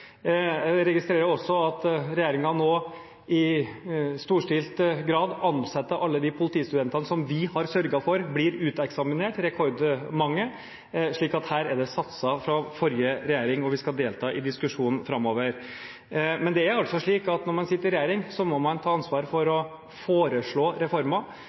Jeg registrerer også at regjeringen nå i storstilt grad ansetter alle de politistudentene som vi har sørget for blir uteksaminert, det er rekordmange, slik at her er det satset fra forrige regjering, og vi skal delta i diskusjonen framover. Når man sitter i regjering, må man ta ansvar for å foreslå reformer,